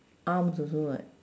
arms also [what]